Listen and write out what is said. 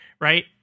Right